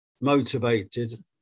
motivated